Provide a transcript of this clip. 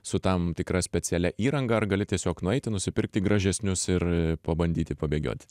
su tam tikra specialia įranga ar gali tiesiog nueiti nusipirkti gražesnius ir pabandyti pabėgioti